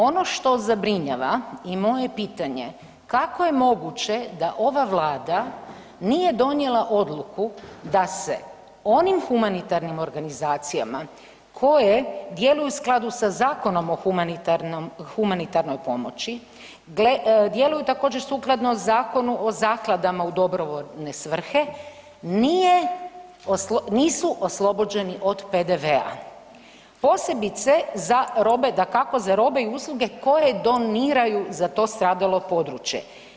Ono što zabrinjava i moje je pitanje kako je moguće da ova Vlada nije donijela odluku da se onim humanitarnim organizacijama koje djeluju u skladu sa zakonom o humanitarnom, humanitarnoj pomoći, djeluju također sukladno zakonu o zakladama u dobrovoljne svrhe, nisu oslobođeni od PDV-a posebice za robe, dakako za robe i usluge koje doniraju za to stradalo područje?